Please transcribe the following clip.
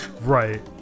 Right